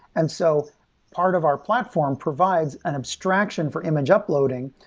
and so part of our platform provides an abstraction for image uploading,